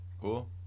cool